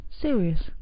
serious